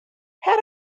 had